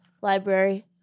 Library